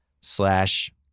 slash